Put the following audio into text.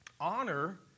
honor